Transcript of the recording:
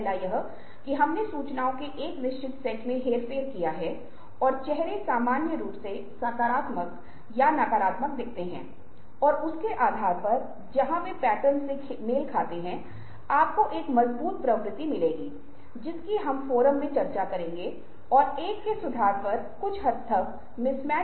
इसलिए सीखने का सबक यह है कि आप अपनी नकारात्मक भावनाओं को सकारात्मक सीखमे और बढ़ते हुए अवसर में बदल दें